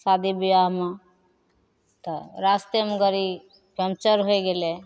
शादी बिआहमे तऽ रस्तेमे गाड़ी पन्क्चर होइ गेलै